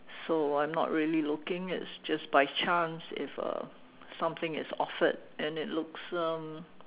so I'm not really looking it's just by chance if uh something is offered and it looks um